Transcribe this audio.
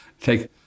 take